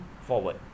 forward